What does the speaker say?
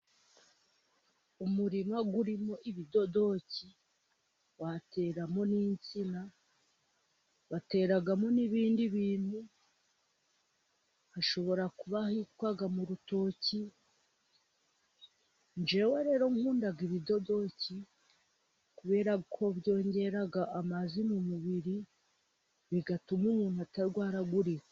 Umurima urimo ibidodoki, wateramo n'insina, bateramo n'ibindi bintu, hashobora kuba hitwa mu rutoki. Njyewe rero nkunda ibidodoki kubera ko byongera amazi mu mubiri, bigatuma umuntu atarwaragurika.